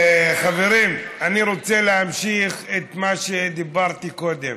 חברים, אני רוצה להמשיך את מה שדיברתי קודם.